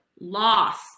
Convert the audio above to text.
loss